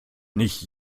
nicht